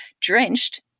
drenched